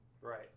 right